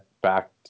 back